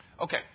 Okay